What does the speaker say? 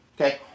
okay